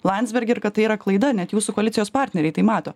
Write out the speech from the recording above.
landsbergį ir kad tai yra klaida net jūsų koalicijos partneriai tai mato